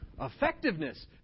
effectiveness